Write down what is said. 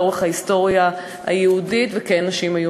לאורך ההיסטוריה היהודית: וכן,